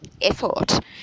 effort